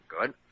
Good